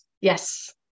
Yes